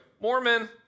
Mormon